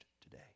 today